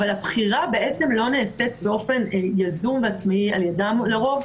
אבל הבחירה לא נעשית באופן יזום ועצמאי על ידם לרוב.